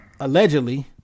allegedly